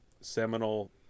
seminal